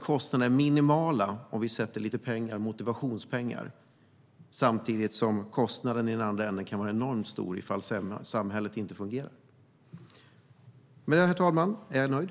Kostnaderna för att avsätta dessa motivationspengar är minimala medan kostnaderna om samhället inte fungerar kan vara enorma.